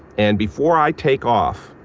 and before i take off,